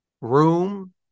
room